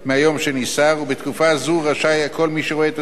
ובתקופה זו רשאי כל מי שרואה את עצמו נפגע מהצו